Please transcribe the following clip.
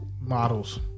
Models